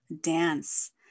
dance